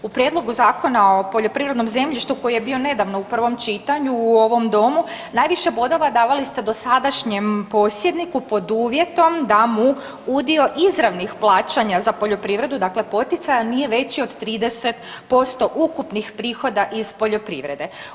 U prijedlogu Zakona o poljoprivrednom zemljištu koji je bio nedavno u prvom čitanju u ovom domu najviše bodova davali ste dosadašnjem posjedniku pod uvjetom da mu udio izravnih plaćanja za poljoprivredu, dakle poticaja nije veći od 30% ukupnih prihoda iz poljoprivrede.